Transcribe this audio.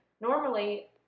normally